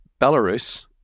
Belarus